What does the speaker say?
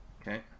Okay